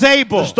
able